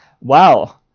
Wow